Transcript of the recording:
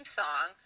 song